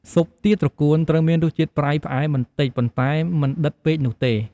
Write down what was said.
ស៊ុបទាត្រកួន ត្រូវមានរសជាតិ ប្រៃ ផ្អែម បន្តិច ប៉ុន្តែមិនដិតពេកទេ។